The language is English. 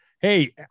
Hey